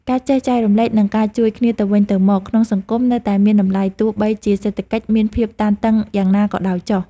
ការចេះចែករំលែកនិងការជួយគ្នាទៅវិញទៅមកក្នុងសង្គមនៅតែមានតម្លៃទោះបីជាសេដ្ឋកិច្ចមានភាពតានតឹងយ៉ាងណាក៏ដោយចុះ។